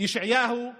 ישעיהו ליבוביץ'